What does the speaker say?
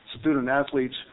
student-athletes